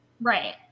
Right